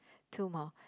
two more